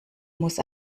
muss